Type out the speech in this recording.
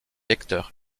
lecteurs